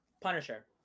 Punisher